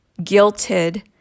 guilted